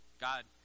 God